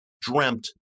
dreamt